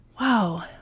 wow